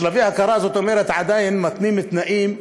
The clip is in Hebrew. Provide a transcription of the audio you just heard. שלבי הכרה, זאת אומרת שעדיין מתנים תנאים.